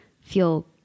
feel